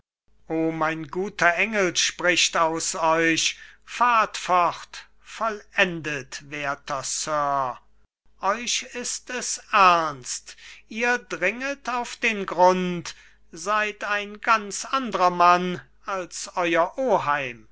o mein guter engel spricht aus euch fahrt fort vollendet werter sir euch ist es ernst ihr dringet auf den grund seid ein ganz andrer mann als euer